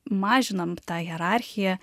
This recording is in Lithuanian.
mažinam tą hierarchiją